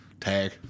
tag